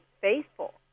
faithful